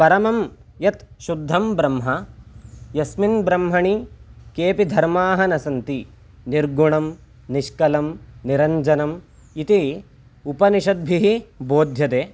परमं यत् शुद्धं ब्रह्म यस्मिन् ब्रह्मणि केपि धर्माः न सन्ति निर्गुणं निष्कलं निरञ्जनम् इति उपनिषद्भिः बोध्यते